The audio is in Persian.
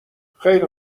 خیله